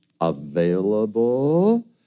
available